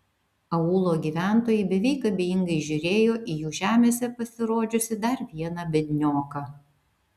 aūlo gyventojai beveik abejingai žiūrėjo į jų žemėse pasirodžiusį dar vieną biednioką